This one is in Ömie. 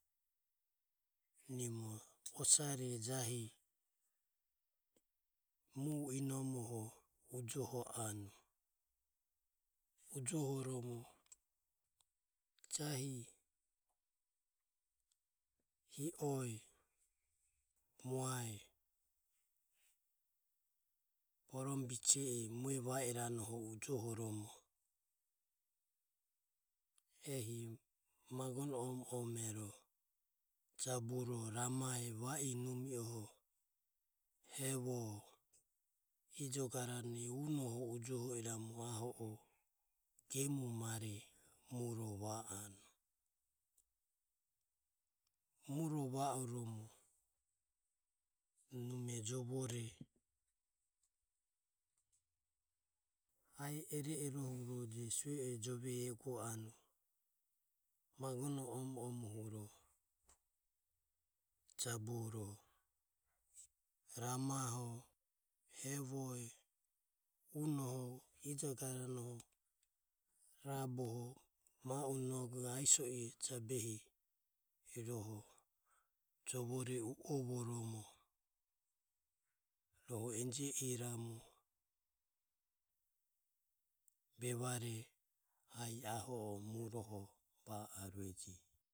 Nimo osare jahi inomoho ujoho anue. Ujohoromo jahi hi o e muae borome bise e mue va iranoho ujohoromo. Ehi magonahe omo ome jaburo ramae, hevoe ijo garane unoho ujoho iramu gemomare muro va anue. Muro va oromo nume jovore ae iro iro huroje sue e jove uego anue. Magonahe omo omohuro ramaho hevoho unoho ijo garonoho raboho ma u nogoho ae so e jabehi de visoho jovore u o voromo rohu enjio iramu vevare ae aho o behe muroho va arueje.